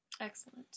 Excellent